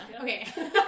okay